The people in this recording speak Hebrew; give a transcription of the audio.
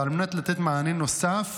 ועל מנת לתת מענה נוסף,